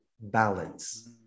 balance